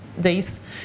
days